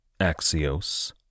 Axios